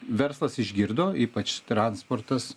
verslas išgirdo ypač transportas